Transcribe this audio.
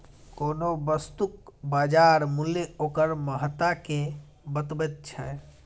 कोनो वस्तुक बाजार मूल्य ओकर महत्ता कें बतबैत छै